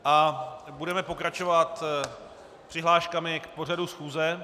A budeme pokračovat přihláškami k pořadu schůze.